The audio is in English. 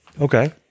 Okay